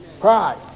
pride